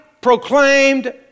proclaimed